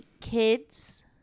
Kids